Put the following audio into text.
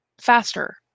faster